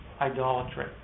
idolatry